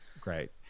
great